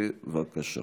בבקשה.